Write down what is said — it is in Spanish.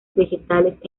vegetales